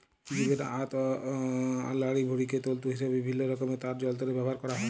জীবের আঁত অ লাড়িভুঁড়িকে তল্তু হিসাবে বিভিল্ল্য রকমের তার যল্তরে ব্যাভার ক্যরা হ্যয়